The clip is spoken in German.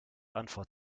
antwort